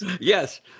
Yes